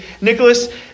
Nicholas